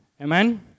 Amen